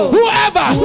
Whoever